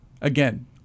Again